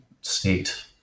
state